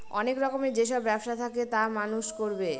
অনেক রকমের যেসব ব্যবসা থাকে তা মানুষ করবে